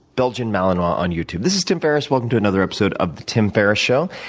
belgian malinois on you tube. this is tim ferriss. welcome to another episode of the tim ferriss show.